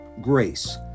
Grace